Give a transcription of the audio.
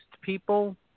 people